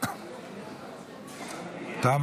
תמה